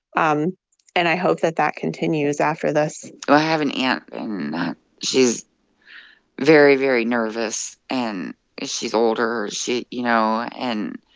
um and i hope that that continues after this i have an aunt and she's very, very nervous, and she's older. she you know, and,